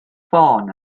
ffôn